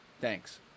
Thanks